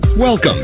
Welcome